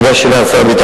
לגבי השאלה על שר הביטחון,